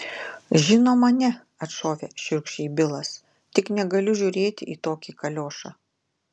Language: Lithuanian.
žinoma ne atšovė šiurkščiai bilas tik negaliu žiūrėti į tokį kaliošą